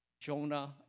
Jonah